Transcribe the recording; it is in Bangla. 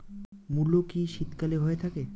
মূলো কি শীতকালে হয়ে থাকে?